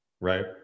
Right